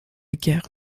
gare